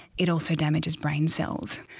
it also damages brain cells.